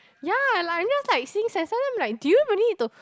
ya and I'm just like sometime like do you even need to